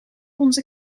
onze